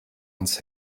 uns